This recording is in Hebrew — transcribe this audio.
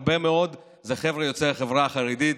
הרבה מאוד הם חבר'ה יוצאי החברה החרדית,